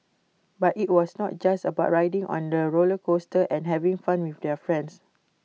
but IT was not just about riding on the roller coaster and having fun with their friends